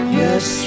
yes